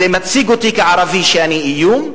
זה מציג אותי כערבי, שאני איום,